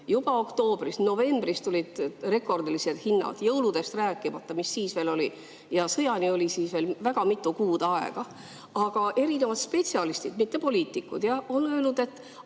juba oktoobris-novembris tulid rekordilised hinnad, jõuludest rääkimata. Mis siis veel oli! Ja sõjani oli siis veel mitu kuud aega. Erinevad spetsialistid, mitte poliitikud, on öelnud, et